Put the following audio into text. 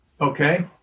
Okay